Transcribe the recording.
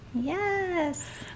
Yes